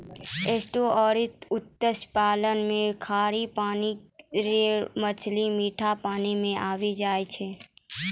estuarine मत्स्य पालन मे खारा पानी रो मछली मीठा पानी मे आबी जाय छै